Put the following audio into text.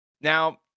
Now